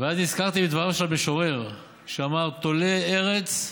ואז נזכרתי בדבריו של המשורר, שאמר: תולה ארץ,